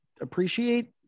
appreciate